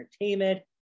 entertainment